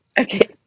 Okay